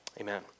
amen